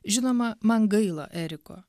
žinoma man gaila eriko